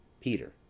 Peter